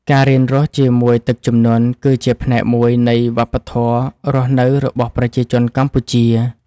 ការរៀនរស់ជាមួយទឹកជំនន់គឺជាផ្នែកមួយនៃវប្បធម៌រស់នៅរបស់ប្រជាជនកម្ពុជា។